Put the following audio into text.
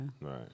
Right